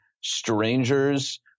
strangers